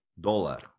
dollar